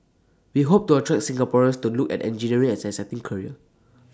we hope to attract Singaporeans to look at engineering as an exciting career